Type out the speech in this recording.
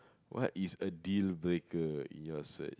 what is a dealbreaker in your search